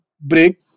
break